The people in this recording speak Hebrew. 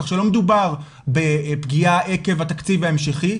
כך שלא מדובר בפגיעה עקב התקציב ההמשכי,